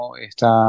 está